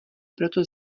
proto